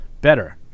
better